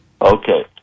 Okay